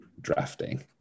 drafting